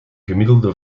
gemiddelde